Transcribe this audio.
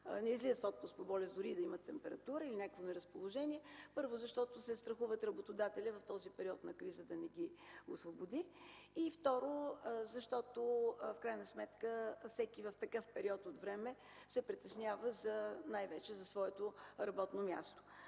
не излизат в отпуск по болест, дори и да имат температура или някакво неразположение – първо, защото се страхуват от работодателя в този период на криза да не ги освободи, и, второ, защото в крайна сметка всеки в такъв период от време се притеснява най-вече за своето работно място.